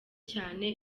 cyane